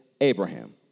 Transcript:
Abraham